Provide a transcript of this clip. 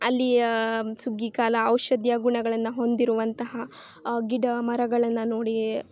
ಅಲ್ಲಿಯ ಸುಗ್ಗಿಕಾಲ ಔಷಧೀಯ ಗುಣಗಳನ್ನು ಹೊಂದಿರುವಂತಹ ಗಿಡ ಮರಗಳನ್ನು ನೋಡಿಯೇ